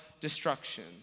destruction